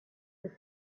and